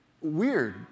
weird